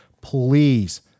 please